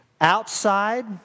outside